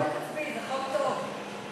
ההצעה להעביר את הצעת חוק ההתיישנות (תיקון